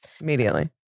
immediately